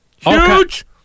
Huge